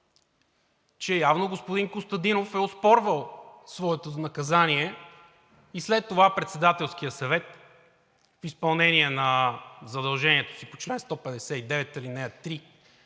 че явно господин Костадинов е оспорвал своето наказание и след това Председателският съвет в изпълнение на задължението си по чл. 159,